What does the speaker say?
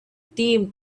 team